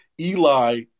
Eli